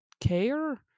care